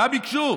מה ביקשו?